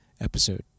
episode